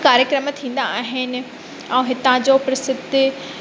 कार्यक्रम थींदा आहिनि ऐं हितां जो प्रसिद्ध